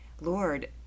Lord